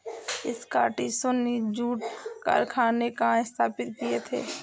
स्कॉटिशों ने जूट कारखाने कहाँ स्थापित किए थे?